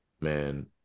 man